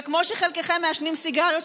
וכמו שחלקכם מעשנים סיגריות,